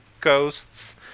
ghosts